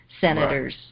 senators